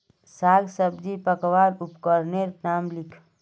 साग सब्जी मपवार उपकरनेर नाम लिख?